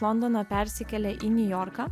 londono persikėlė į niujorką